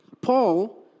Paul